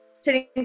sitting